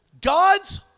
God's